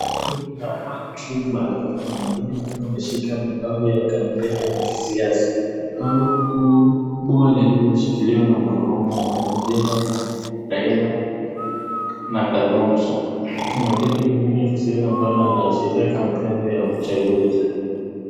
Kundi la watu barabarani wengine wao wameshika mabango ya kampeni ya kisiasa. Bango kubwa lililoshikiliwa na mwanamume mwenye jina la Raila na Kalonzo. Maandishi mengine ya kisura ambayo yanaashiria kampeni ya uchaguzi.